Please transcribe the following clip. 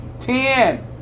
Ten